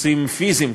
שיפוצים פיזיים,